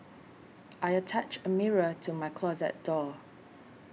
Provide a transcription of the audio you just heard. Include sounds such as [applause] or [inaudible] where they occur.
[noise] I attached a mirror to my closet door